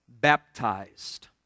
baptized